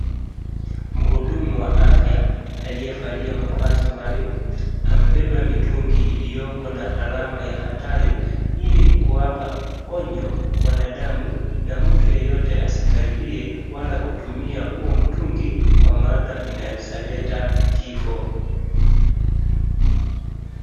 Mhudumu wa afya, aliyevalia mavazi maalum, amebeba mitungi iliyoko na alama ya hatari, ili ni kuwapa onyo wanadamu, na mtu yeyote asikaribie wala kutumia huyo mtungi, kwa maana inaeza leta kifo.